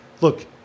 look